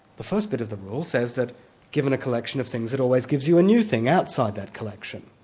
the first bit of the rule says that given a collection of things, it always gives you a new thing outside that collection.